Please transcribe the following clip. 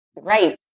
Right